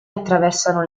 attraversano